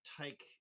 take